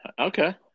okay